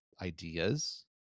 ideas